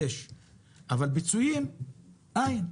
אבל פיצויים אין.